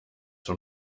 vom